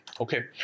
Okay